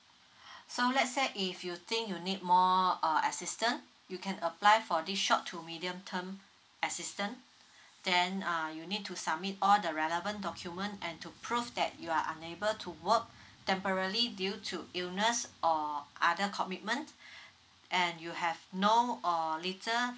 so let's say if you think you need more uh assistance you can apply for this short to medium term assistance then uh you need to submit all the relevant document and to prove that you are unable to work temporary due to illness or other commitment and you have no or little